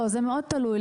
לא, זה מאוד תלוי.